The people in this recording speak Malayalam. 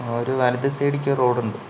ഒരു വലത്തു സൈഡിലേക്ക് ഒരു റോഡുണ്ട്